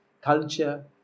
culture